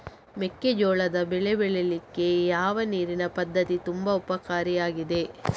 ಮೆಕ್ಕೆಜೋಳದ ಬೆಳೆ ಬೆಳೀಲಿಕ್ಕೆ ಯಾವ ನೀರಿನ ಪದ್ಧತಿ ತುಂಬಾ ಉಪಕಾರಿ ಆಗಿದೆ?